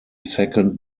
second